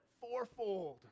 fourfold